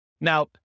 Now